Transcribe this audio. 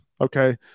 okay